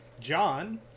John